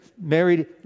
married